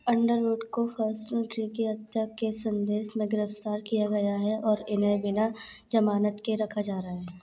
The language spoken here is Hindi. अंडरवुड को फर्स्ट डिग्री हत्या के संदेह में गिरफ्तार किया गया है और इन्हें बिना जमानत के रखा जा रहा है